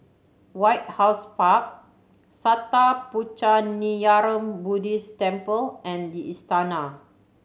White House Park Sattha Puchaniyaram Buddhist Temple and The Istana